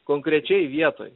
konkrečiai vietoj